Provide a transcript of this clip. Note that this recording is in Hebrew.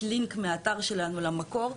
יש לינק מהאתר שלנו למקור.